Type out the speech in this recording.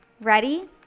ready